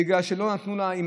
בגלל שלא נתנו לה,